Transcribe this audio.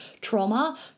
trauma